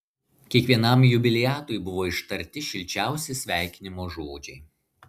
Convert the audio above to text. kiekvienam jubiliatui buvo ištarti šilčiausi sveikinimo žodžiai